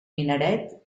minaret